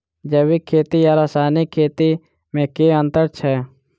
जैविक खेती आ रासायनिक खेती मे केँ अंतर छै?